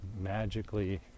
magically